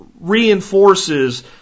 reinforces